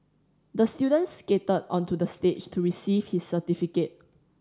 the student skated onto the stage to receive his certificate